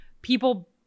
people